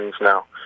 now